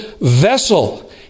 vessel